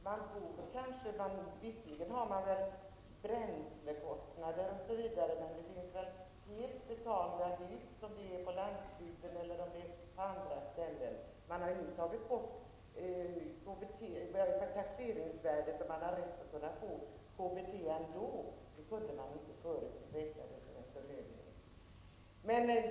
Herr talman! Det är inte så svårt. Visserligen kan man ha bränslekostnader osv. Men på landsbygden och andra ställen finns det helt betalda hus. Nu har man rätt att få KBT, oavsett taxeringsvärde. Det kunde man inte tidigare, eftersom det räknades som en förmögenhet.